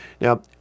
Now